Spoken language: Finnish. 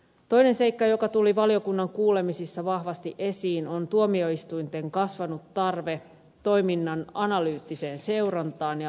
toinen seikka joka tuli valiokunnan kuulemisissa vahvasti esiin on tuomioistuinten kasvanut tarve toiminnan analyyttiseen seurantaan ja arviointiin